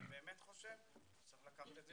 אני באמת חושב שצריך לקחת את זה